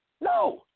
No